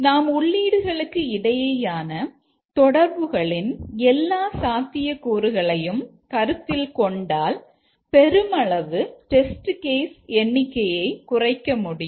நாம் உள்ளீடுகளுக்கு இடையேயான தொடர்புகளின் எல்லா சாத்தியக்கூறுகளையும் கருத்தில் கொண்டால் பெருமளவு டெஸ்ட் கேஸ் எண்ணிக்கையை குறைக்க முடியும்